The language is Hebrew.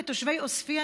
תושבי עוספיא,